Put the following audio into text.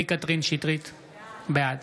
בעד